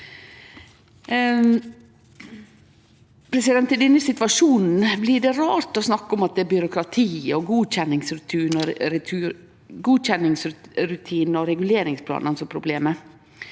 råd til. I denne situasjonen blir det rart å snakke om at det er byråkratiet, godkjenningsrutinane og reguleringsplanane som er problemet.